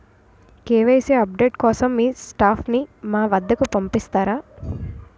KYC update కోసం మీ స్టాఫ్ ని మా వద్దకు పంపిస్తారా?